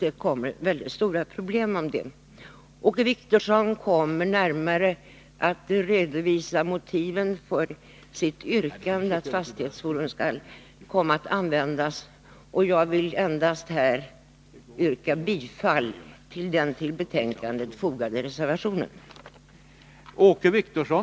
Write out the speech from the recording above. Åke Wictorsson kommer att närmare redovisa motiven för sitt yrkande att fastighetsforum skall kunna användas, och jag vill endast yrka bifall till den vid betänkandet fogade reservationen.